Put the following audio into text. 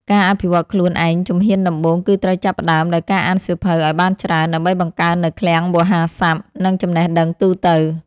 ការអភិវឌ្ឍខ្លួនឯងជំហានដំបូង គឺត្រូវចាប់ផ្ដើមដោយការអានសៀវភៅឱ្យបានច្រើន ដើម្បីបង្កើននូវឃ្លាំងវោហារស័ព្ទ និងចំណេះដឹងទូទៅ។